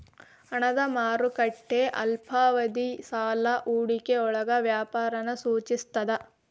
ಹಣದ ಮಾರುಕಟ್ಟೆ ಅಲ್ಪಾವಧಿ ಸಾಲ ಹೂಡಿಕೆಯೊಳಗ ವ್ಯಾಪಾರನ ಸೂಚಿಸ್ತದ